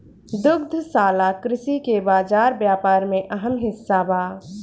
दुग्धशाला कृषि के बाजार व्यापार में अहम हिस्सा बा